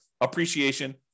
appreciation